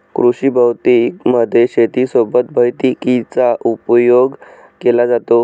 कृषी भौतिकी मध्ये शेती सोबत भैतिकीचा उपयोग केला जातो